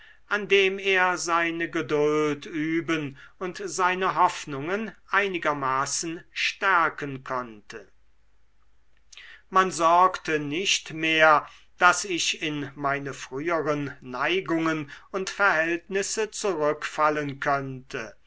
an dem er seine geduld üben und seine hoffnungen einigermaßen stärken konnte man sorgte nicht mehr daß ich in meine früheren neigungen und verhältnisse zurückfallen könnte